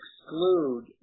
exclude